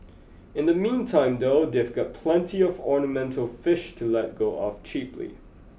in the meantime though they've got plenty of ornamental fish to let go of cheaply